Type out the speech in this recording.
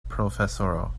profesoro